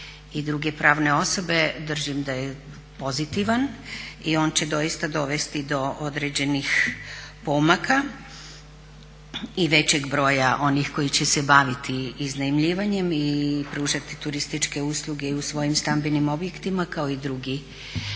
i druge pravne osobe držim da je pozitivan i on će doista dovesti do određenih pomaka i većeg broja onih koji će se baviti iznajmljivanjem i pružati turističke usluge u svojim stambenim objektima kao i drugi